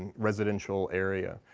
and residential area.